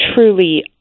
truly